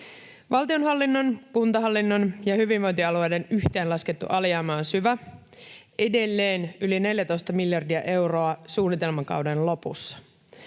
Valtionhallinnon, kuntahallinnon ja hyvinvointialueiden yhteenlaskettu alijäämä on syvä, edelleen yli 14 miljardia euroa suunnitelmakauden lopussa.